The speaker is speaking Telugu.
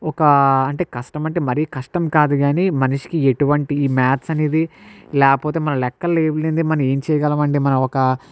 ఒకా అంటే కష్టం అంటే మరి కష్టం కాదు గాని మనిషికి ఎటువంటి మాథ్స్ అనేది లేకపోతే మన లెక్కలు ఏం లేనిదే మనం ఏమి చేయగలం అండి మనం ఒక